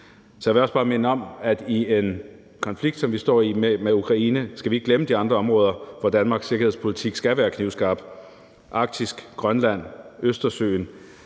Jeg vil også bare minde om, at i en konflikt, som vi står i med Ukraine, skal vi ikke glemme de andre områder, hvor Danmarks sikkerhedspolitik skal være knivskarp: Arktis, Grønland, Østersøen,